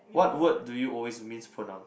what word do you always mispronounce